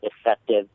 effective